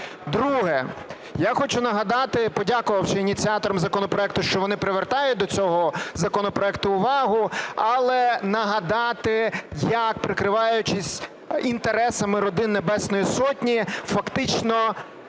Друге. Я хочу нагадати. Подякувавши ініціаторам законопроекту, що вони привертають до цього законопроекту увагу, але нагадати, як, прикриваючись інтересами родин Небесної Сотні, фактично